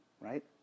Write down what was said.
right